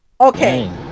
Okay